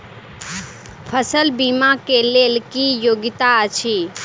फसल बीमा केँ लेल की योग्यता अछि?